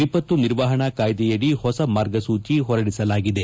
ವಿಪತ್ತು ನಿರ್ವಹಣಾ ಕಾಯ್ಲೆಯಡಿ ಹೊಸ ಮಾರ್ಗಸೂಜೆ ಹೊರಡಿಸಲಾಗಿದೆ